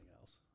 else